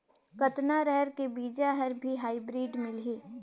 कतना रहर के बीजा हर भी हाईब्रिड मिलही?